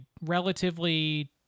relatively